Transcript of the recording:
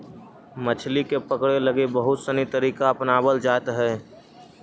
मछली के पकड़े लगी बहुत सनी तरीका अपनावल जाइत हइ